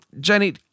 Jenny